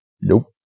Nope